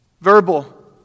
verbal